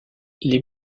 les